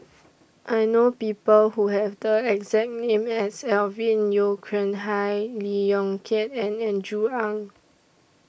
I know People Who Have The exact name as Alvin Yeo Khirn Hai Lee Yong Kiat and Andrew Ang